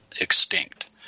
extinct